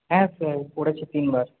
হ্যাঁ স্যার করেছি তিনবার